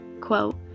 quote